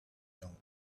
young